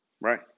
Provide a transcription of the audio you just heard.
right